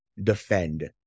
defend